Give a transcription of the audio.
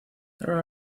there